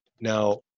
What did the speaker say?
now